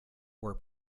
were